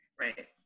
Right